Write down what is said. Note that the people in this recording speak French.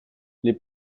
les